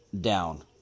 down